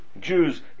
Jews